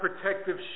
protective